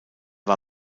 war